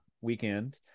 weekend